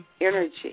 energy